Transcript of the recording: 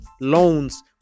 loans